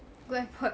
go airport